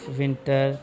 winter